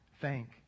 thank